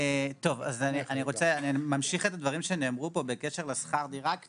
אני ממשיך את הדברים שנאמרו פה בקשר לשכר הדירה.